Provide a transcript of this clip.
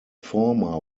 former